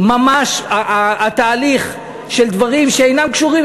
שממש התהליך של דברים שאינם קשורים,